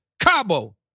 Cabo